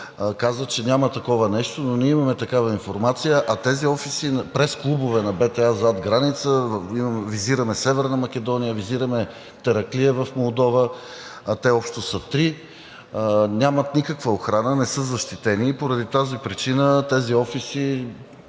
каза, че няма такова нещо, но ние имаме такава информация, а тези офиси, пресклубове на БТА зад граница, визираме Северна Македония, визираме Тараклия в Молдова, те общо са три, нямат никаква охрана, не са защитени и поради тази причина тези офиси